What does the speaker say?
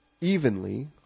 evenly